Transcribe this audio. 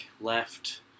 left